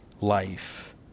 life